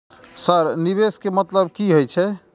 Sir निवेश के मतलब की हे छे?